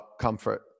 comfort